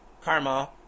karma